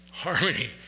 harmony